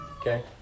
Okay